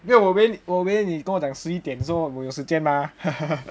no 我以为我以为你讲十一点 so 我有时间 mah